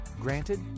Granted